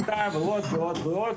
ועוד ועוד.